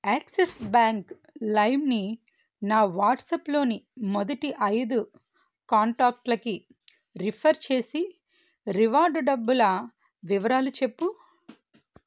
axis Bank లైమ్ని నా WhatsApp లోని మొదటి ఐదు కాంటాక్టులకి రిఫర్ చేసి రివార్డు డబ్బుల వివరాలు చెప్పు